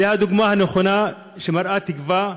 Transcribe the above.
זאת הדוגמה הנכונה, שמראה תקווה.